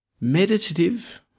meditative